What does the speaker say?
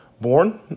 born